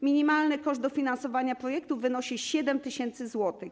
Minimalny koszt dofinansowania projektu wynosi 7 tys. zł.